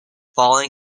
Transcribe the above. following